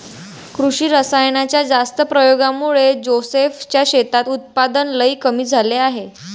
कृषी रासायनाच्या जास्त प्रयोगामुळे जोसेफ च्या शेतात उत्पादन लई कमी झाले आहे